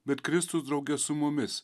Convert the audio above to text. bet kristus drauge su mumis